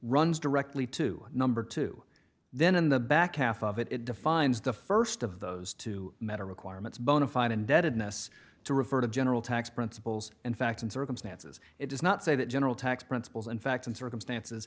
runs directly to number two then in the back half of it it defines the first of those two matter requirements bona fide indebtedness to refer to general tax principles and facts and circumstances it does not say that general tax principles and facts and circumstances